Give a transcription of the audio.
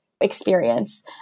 experience